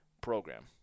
program